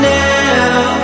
now